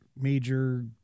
major